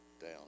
down